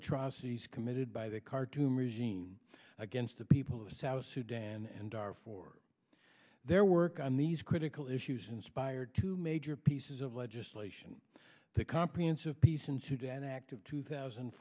atrocities committed by the khartoum regime against the people of south sudan and are for their work on these critical issues inspired two major pieces of legislation the comprehensive peace in sudan act of two thousand